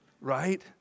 Right